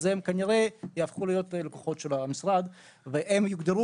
הם כנראה יהפכו ללקוחות של המשרד ויוגדרו